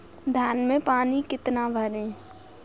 धान में पानी कितना भरें?